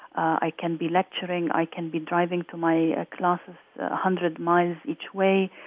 i can be lecturing, i can be driving to my classes hundred miles each way,